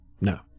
No